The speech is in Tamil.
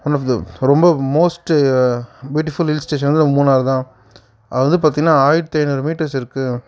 ஒன் ஆஃப் த ரொம்ப மோஸ்ட்டு பியூட்டிஃபுல் ஹில்ஸ் ஸ்டேஷன் வந்து மூணாறு தான் அது வந்து பார்த்தீங்னா ஆயிரத்து ஐநூறு மீட்டர்ஸு இருக்கும்